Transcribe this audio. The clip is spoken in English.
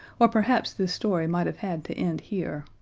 or perhaps this story might have had to end here.